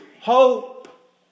hope